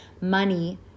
money